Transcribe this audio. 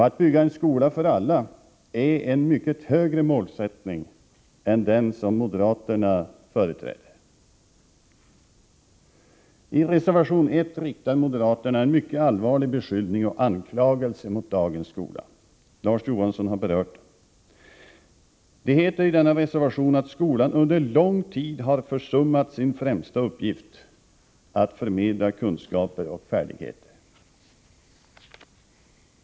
Att bygga en skola för alla är en mycket högre målsättning än den som moderaterna företräder. I reservation 1 riktar moderaterna en mycket allvarlig beskyllning och anklagelse mot dagens skola. Larz Johansson har berört detta. Det heter i denna reservation att skolan under lång tid har försummat sin främsta uppgift: att förmedla kunskaper och färdigheter.